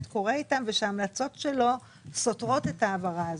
קורה איתם ושההמלצות שלו סותרות את ההעברה הזאת.